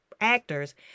actors